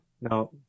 Now